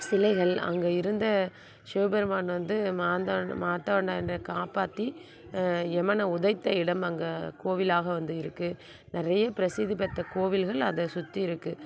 சிலைகள் அங்கே இருந்த சிவபெருமான் வந்து மாந்த மாத்தாண்டன காப்பாற்றி எமனை உதைத்த இடம் அங்கே கோவிலாக வந்து இருக்குது நிறைய பிரசித்தி பெத்த கோவில்கள் அதை சுற்றி இருக்குது